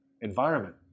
environment